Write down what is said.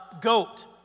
goat